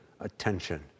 attention